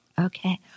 okay